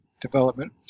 development